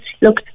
look